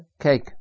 cake